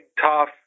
tough